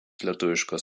lietuviškos